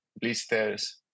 blisters